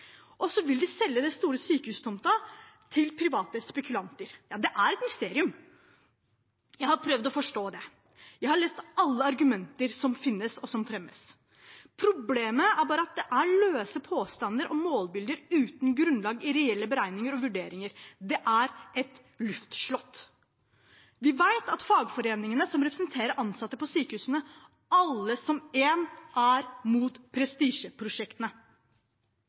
og så vil de selge den store sykehustomten til private spekulanter. Ja, det er et mysterium. Jeg har prøvd å forstå det. Jeg har lest alle argumenter som finnes, og som fremmes. Problemet er bare at det er løse påstander og målbilder uten grunnlag i reelle beregninger og vurderinger. Det er et luftslott. Vi vet at fagforeningene som representerer ansatte på sykehusene – alle som en – er imot prestisjeprosjektene.